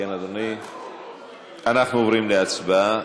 אנחנו עוברים להצבעה.